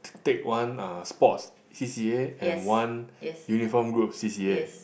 take one uh sports C_C_A and one uniform group C_C_A